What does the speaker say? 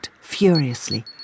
furiously